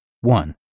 One